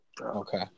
Okay